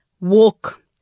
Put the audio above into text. Walk